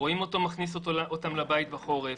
רואים אותו מכניס אותם לבית בחורף,